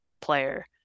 player